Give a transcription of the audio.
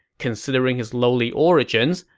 considering his lowly origins,